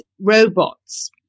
robots